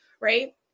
right